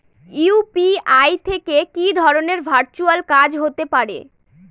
UPI থেকে কি ধরণের ভার্চুয়াল কাজ হতে পারে?